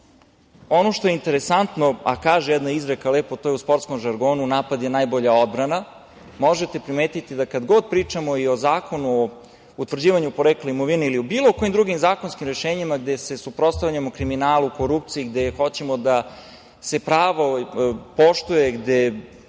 što je interesantno, a kaže jedna izreka, to je u sportskom žargonu – napad je najbolja odbrana; možete primetiti da kad god pričamo i o Zakonu o utvrđivanju porekla imovine ili u bilo kojim drugim zakonskim rešenjima gde se suprotstavljamo kriminalu, korupciji, gde hoćemo da se pravo poštuje.